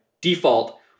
default